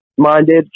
minded